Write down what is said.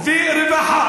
אתה אמור להיות פה?